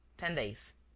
ten days.